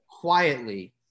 quietly